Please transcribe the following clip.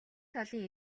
талын